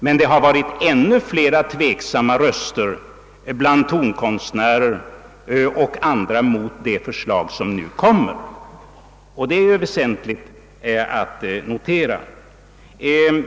Men det har bland tonkonstnärer och andra höjts ännu fler tveksamma röster när det gäller det förslag som nu skall komma, och det är väsentligt att notera.